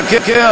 חכה,